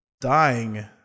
dying